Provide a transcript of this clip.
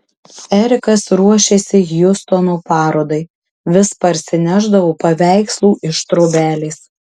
erikas ruošėsi hjustono parodai vis parsinešdavo paveikslų iš trobelės